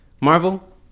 Marvel